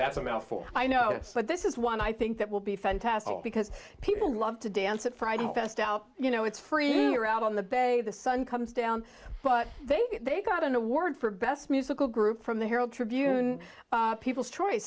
that's a mouthful i know but this is one i think that will be fantastic because people love to dance at friday fest out you know it's free or out on the bay the sun comes down but they got an award for best musical group from the herald tribune people's choice